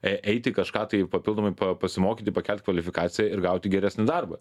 ei eiti kažką tai papildomai pa pasimokyti pakelt kvalifikaciją ir gauti geresnį darbą